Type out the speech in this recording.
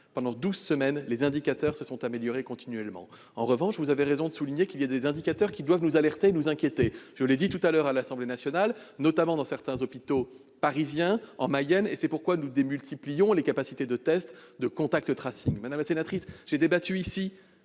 pendant douze semaines, les indicateurs se sont améliorés continuellement. En revanche, vous avez raison de souligner que certains indicateurs doivent nous alerter et nous inquiéter- je l'ai dit tout à l'heure à l'Assemblée nationale -, dans certains hôpitaux parisiens ou en Mayenne, notamment. C'est pourquoi nous démultiplions les capacités de tests et de.